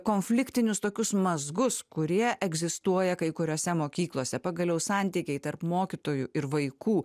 konfliktinius tokius mazgus kurie egzistuoja kai kuriose mokyklose pagaliau santykiai tarp mokytojų ir vaikų